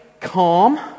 calm